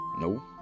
No